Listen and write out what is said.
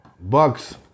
Bucks